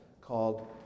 called